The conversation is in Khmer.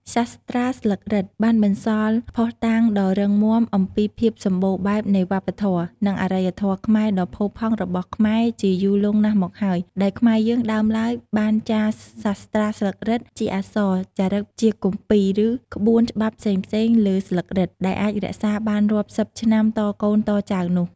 សាស្ត្រាស្លឹករឹត បានបន្សល់ភស្តុតាងដ៏រឹងមាំអំពីភាពសម្បូរបែបនៃវប្បធម៌ និងអរិយធម៌ខ្មែរដ៏់ផូរផង់របស់ខ្មែរជាយូរលង់ណាស់មកហើយ ដោយខ្មែរយើងដើមឡើយបានចារសាស្ត្រាស្លឹករឹតជាអក្សរ ចារឹកជាគម្ពីរ ឬក្បួនច្បាប់ផ្សេងៗលើស្លឹករឹត ដែលអាចរក្សាបានរាប់សិបឆ្នាំតកូនតចៅនោះ ។